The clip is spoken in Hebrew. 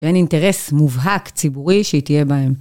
ואין אינטרס מובהק ציבורי שהיא תהיה בהם.